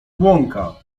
błąka